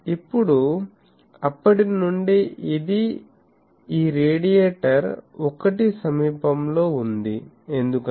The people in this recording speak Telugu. ఇప్పుడు అప్పటి నుండి ఇది ఈ రేడియేటర్ 1 సమీపంలో ఉందిఎందుకంటే ఇది కండక్టర్